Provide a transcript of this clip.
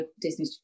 Disney